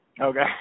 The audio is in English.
Okay